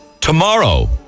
tomorrow